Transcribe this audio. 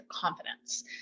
confidence